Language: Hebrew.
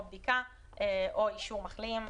או בדיקה או אישור מחלים,